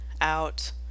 out